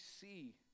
see